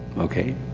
okay.